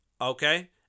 Okay